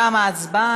תמה ההצבעה.